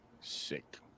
Sick